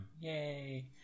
Yay